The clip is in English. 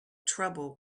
trouble